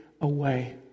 away